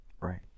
right